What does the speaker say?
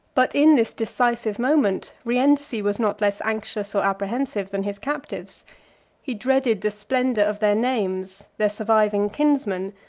but in this decisive moment, rienzi was not less anxious or apprehensive than his captives he dreaded the splendor of their names, their surviving kinsmen,